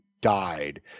died